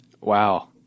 Wow